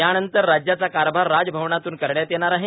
यानंतर राज्याचा कारभार राजवभवनातून करण्यात येणार आहे